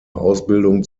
ausbildung